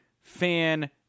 fan